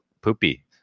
poopy